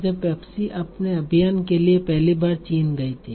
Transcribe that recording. जब पेप्सी अपने अभियान के लिए पहली बार चीन गई थी